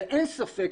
אין ספק,